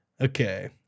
Okay